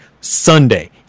Sunday